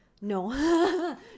No